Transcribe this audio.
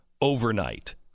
overnight